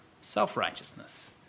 self-righteousness